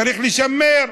צריך לשמר.